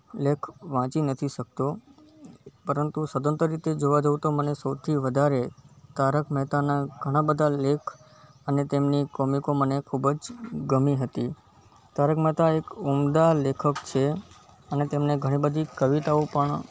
લેખ વાંચી નથી શકતો પરંતુ સદંતર રીતે જોવા જાઉં તો મને સૌથી વધારે તારક મહેતાના ઘણાં બધા લેખ અને તેમની કૉમિકો મને ખૂબ જ ગમી હતી તારક મહેતા એક ઉમદા લેખક છે અને તેમને ઘણી બધી કવિતાઓ પણ